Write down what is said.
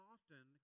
Often